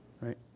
right